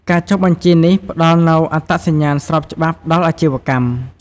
ការចុះបញ្ជីនេះផ្តល់នូវអត្តសញ្ញាណស្របច្បាប់ដល់អាជីវកម្ម។